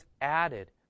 added